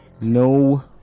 no